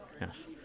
yes